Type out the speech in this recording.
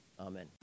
Amen